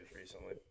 recently